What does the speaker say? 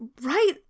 Right